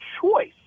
choice